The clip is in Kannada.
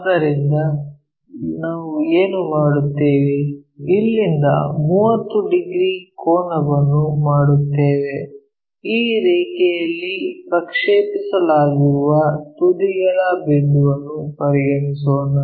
ಆದ್ದರಿಂದ ನಾವು ಏನು ಮಾಡುತ್ತೇವೆ ಇಲ್ಲಿಂದ 30 ಡಿಗ್ರಿ ಕೋನವನ್ನು ಮಾಡುತ್ತೇವೆ ಈ ರೇಖೆಯಲ್ಲಿ ಪ್ರಕ್ಷೇಪಿಸಲಾಗಿರುವ ತುದಿಗಳ ಬಿಂದುವನ್ನು ಪರಿಗಣಿಸೋಣ